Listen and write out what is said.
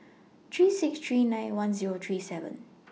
three six three nine one Zero three seven